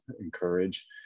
encourage